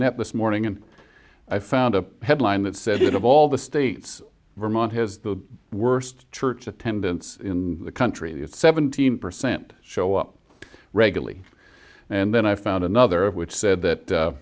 net this morning and i found a headline that said that of all the states vermont has the worst church attendance in the country it's seventeen percent show up regularly and then i found another of which said that